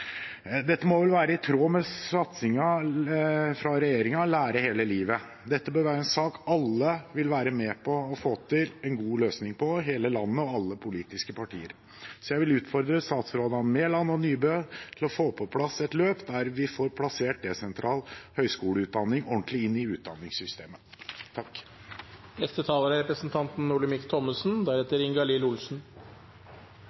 Dette må vel være i tråd med satsingen fra regjeringen, Lære hele livet. Dette bør være en sak alle vil være med på å få til en god løsning på – hele landet og alle politiske partier. Så jeg vil utfordre statsrådene Mæland og Nybø til å få på plass et løp der vi får plassert desentral høyskoleutdanning ordentlig inn i utdanningssystemet. EØS-avtalen er